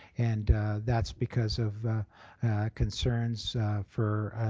and that's because of concerns for